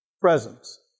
presence